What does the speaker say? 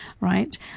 right